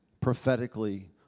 prophetically